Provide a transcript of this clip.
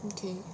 okay